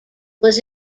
was